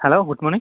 hello good morning